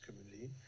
community